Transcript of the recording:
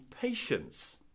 patience